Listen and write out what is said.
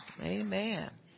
amen